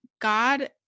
God